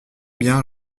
bien